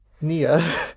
Nia